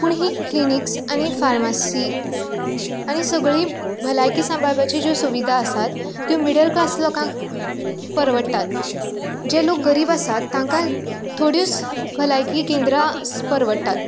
पूण हीं क्लिनिक्स आनी फार्मासी आनी सगलीं भलायकी सांबाळपाच्यो ज्यो सुविधा आसात त्यो मिडल क्लास लोकांक परवडटात जे लोक गरीब आसा तांकां थोड्योच भलायकी केंद्रां परवडटात